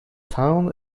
town